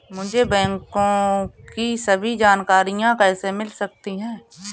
मुझे बैंकों की सभी जानकारियाँ कैसे मिल सकती हैं?